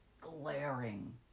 glaring